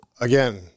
again